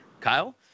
Kyle